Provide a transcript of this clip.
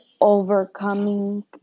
overcoming